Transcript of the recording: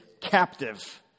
captive